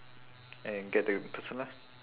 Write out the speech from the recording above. and get the person lah